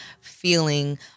feeling